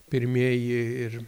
pirmieji ir